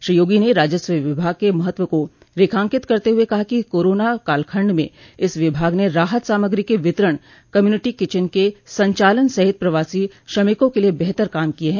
श्री योगी ने राजस्व विभाग के महत्व को रेखांकित करते हुए कहा कि कोरोना कालखंड में इस विभाग ने राहत सामग्री के वितरण कम्यूनिटी किचन के संचालन सहित प्रवासी श्रमिकों के लिये बेहतर काम किये हैं